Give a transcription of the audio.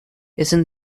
isn’t